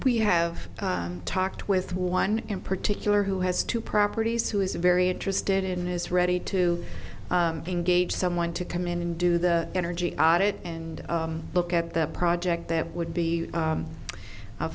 we have talked with one in particular who has two properties who is very interested in is ready to engage someone to come in and do the energy audit and look at that project that would be